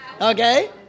Okay